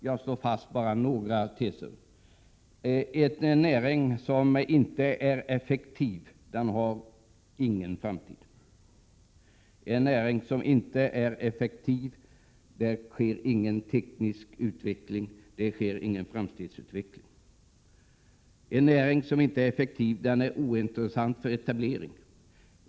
Jag skall slå fast några teser. En näring som inte är effektiv har ingen framtid. I en näring som inte är effektiv sker det ingen teknisk utveckling och ingen framtidsutveckling. En näring som inte är effektiv är ointressant för etablering.